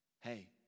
Hey